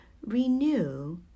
renew